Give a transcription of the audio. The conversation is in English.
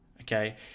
Okay